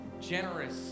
generous